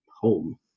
home